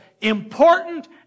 important